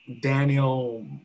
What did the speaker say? daniel